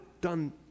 done